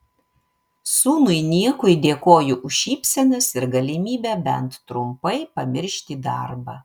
sūnui niekui dėkoju už šypsenas ir galimybę bent trumpai pamiršti darbą